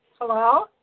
Hello